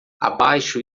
abaixo